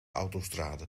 autostrade